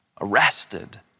arrested